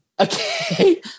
Okay